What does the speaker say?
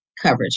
coverage